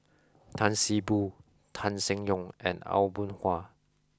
Tan See Boo Tan Seng Yong and Aw Boon Haw